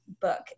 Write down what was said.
book